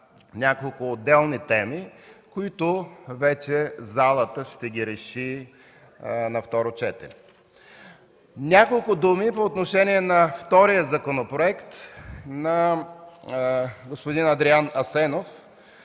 Няколко думи по отношение на втория законопроект – на господин Адриан Асенов.